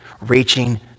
reaching